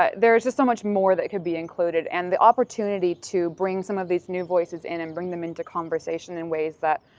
um there's just so much more that can be included and the opportunity to bring some of these new voices in and bring them into conversation in ways that,